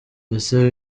ese